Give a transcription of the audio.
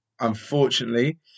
Unfortunately